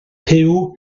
puw